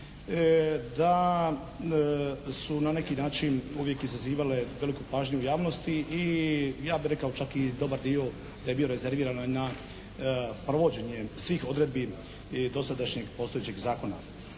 da su na neki način uvijek izazivale veliku pažnju javnosti i ja bih rekao čak i dobar dio da je bio rezerviran na provođenje svih odredbi dosadašnjeg postojećeg zakona.